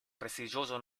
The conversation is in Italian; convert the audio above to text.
prestigioso